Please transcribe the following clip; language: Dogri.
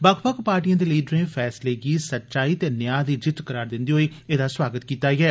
बक्ख बक्ख पार्टियें दे लीडरें फैसले गी सच्चाई ते न्या दी जित्त करार दिन्दे होई एदा स्वागत कीता ऐ